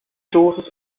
dosis